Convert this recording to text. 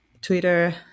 Twitter